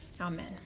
Amen